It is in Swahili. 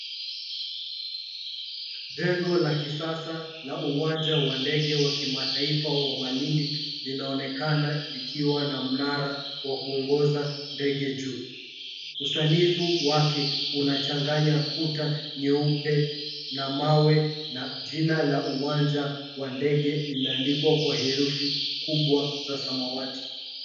Jengo la kisasa na uwanja wa ndege wa kimataifa wa Malindi, linaonekana likiwa na mnara wa kuongoza ndege juu. Usanifu wake unachanganya kuta nyeupe na mawe, na jina la uwanja wa ndege limeandikwa kwa herufi kubwa za samawati.